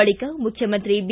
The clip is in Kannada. ಬಳಿಕ ಮುಖ್ಯಮಂತ್ರಿ ಬಿ